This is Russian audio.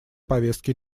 повестки